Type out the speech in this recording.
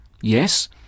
Yes